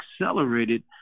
accelerated